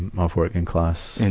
and of working-class, and